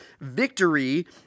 victory